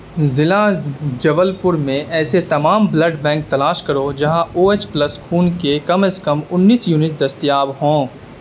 ضلع جبل پور میں ایسے تمام بلڈ بینک تلاش کرو جہاں او ایچ پلس خون کے کم از کم انیس یونٹ دستیاب ہوں